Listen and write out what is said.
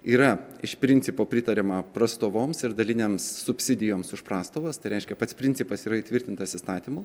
yra iš principo pritariama prastovoms ir daliniams subsidijoms už prastovas tai reiškia pats principas yra įtvirtintas įstatymu